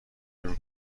نمی